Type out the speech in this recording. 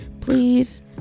please